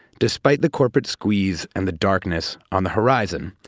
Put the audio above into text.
despite the corporate squeeze and the darkness on the horizon,